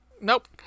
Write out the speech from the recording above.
nope